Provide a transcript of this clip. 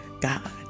God